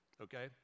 okay